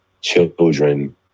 children